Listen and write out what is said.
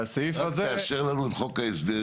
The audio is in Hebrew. על הסעיף הזה --- "רק תאשר לנו את חוק ההסדרים".